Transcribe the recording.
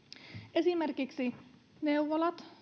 esimerkiksi neuvolat